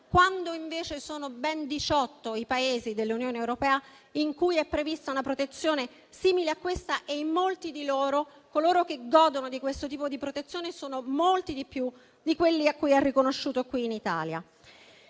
quando invece sono ben diciotto i Paesi dell'Unione europea in cui è prevista una protezione simile alla nostra, e in molti di tali Paesi coloro che godono di questo tipo di protezione sono assai di più di coloro a cui è riconosciuta qui in Italia.